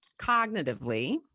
cognitively